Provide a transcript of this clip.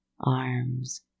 arms